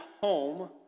home